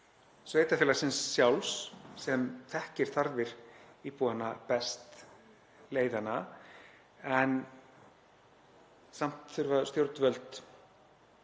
sveitarfélagsins sjálfs sem þekkir þarfir íbúanna best leiði hana en samt þarf ríkisvaldið